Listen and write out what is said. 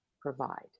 provide